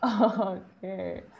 Okay